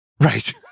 Right